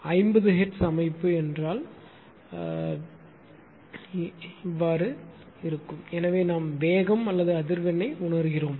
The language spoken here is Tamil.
50 ஹெர்ட்ஸ் அமைப்பு என்றால் எனவே நாம் வேகம் அல்லது அதிர்வெண்ணை உணர்கிறோம்